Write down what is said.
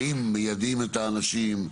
האם מייעדים את האנשים,